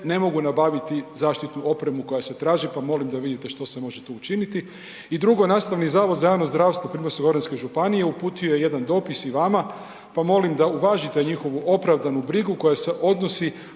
ne mogu nabaviti zaštitnu opremu koja se traži, pa molim da vidite što se može tu učiniti. I drugo, Nastavni zavod za javno zdravstvo Primorsko-goranske županije uputio je jedan dopis i vama, pa molim da uvažite njihovu opravdanu brigu koja se odnosi